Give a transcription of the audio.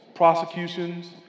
prosecutions